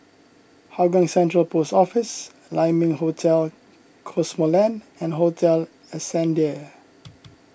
Hougang Central Post Office Lai Ming Hotel Cosmoland and Hotel Ascendere